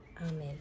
Amen